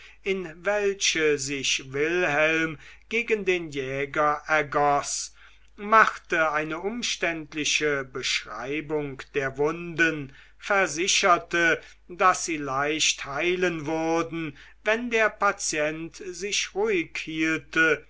in welche sich wilhelm gegen den jäger ergoß machte eine umständliche beschreibung der wunden versicherte daß sie leicht heilen würden wenn der patient sich ruhig hielte